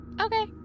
Okay